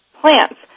plants